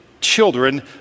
children